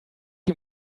you